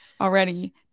already